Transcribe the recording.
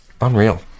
Unreal